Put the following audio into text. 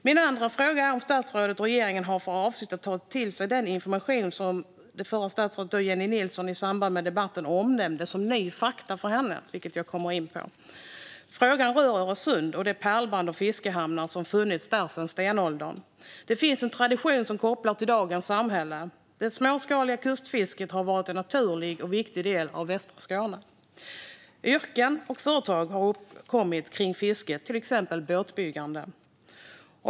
Min andra fråga är om statsrådet och regeringen har för avsikt att ta till sig den information som förra statsrådet Jennie Nilsson i samband med den debatten omnämnde som ny fakta för henne, något som jag kommer in på. Frågan rör Öresund och det pärlband av fiskehamnar som funnits där sedan stenåldern. Det finns en tradition som kopplar till dagens samhälle. Det småskaliga kustfisket har varit en naturlig och viktig del av västra Skåne. Yrken och företag har uppkommit kring fisket, till exempel båtbyggande.